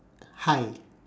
hi